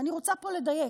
ואני רוצה פה לדייק: